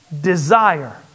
desire